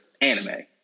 anime